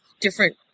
different